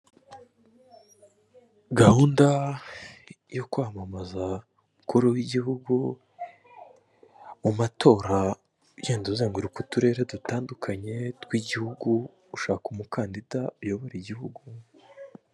Gahunda yo kwamamaza umukuru w'igihugu mu matora ugenda uzenguruka uturere dutandukanye tw'igihugu gushaka umukandida uyobora igihugu.